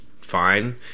fine